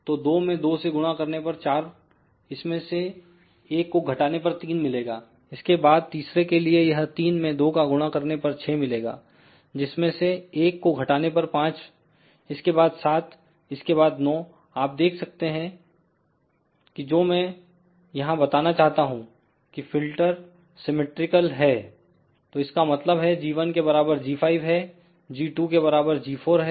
तो 2 में 2 से गुणा करने पर 4 इसमें से 1 को घटाने पर 3 मिलेगा इसके बाद तीसरे के लिए यह 3 में 2 का गुणा करने पर 6 मिलेगा जिसमें से 1 को घटाने पर 5 इसके बाद 7 इसके बाद 9 आप देख सकते कि जो मैं यहां बताना चाहता हूं कि फिल्टर सिमिट्रिकल है तो इसका मतलब है g1 के बराबर g5 है g2 के बराबर g4 है